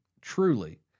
truly